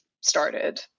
started